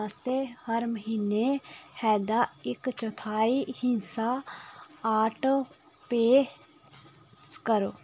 आस्तै हर म्हीनै एह्दा इक चौथाई हिस्सा आटोपेऽ करो